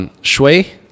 Shui